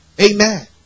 Amen